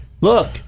look